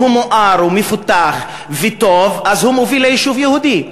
אם הוא מואר ומפותח וטוב אז הוא מוביל ליישוב יהודי,